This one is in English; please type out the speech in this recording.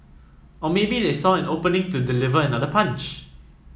or maybe they saw an opening to deliver another punch